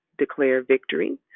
DeclareVictory